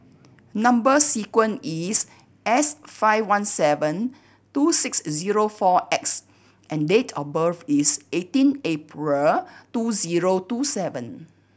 number sequence is S five one seven two six zero four X and date of birth is eighteen April two zero two seven